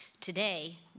Today